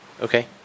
Okay